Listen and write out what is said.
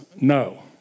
No